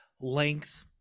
length